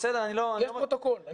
יש פרוטוקול.